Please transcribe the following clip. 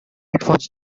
headphones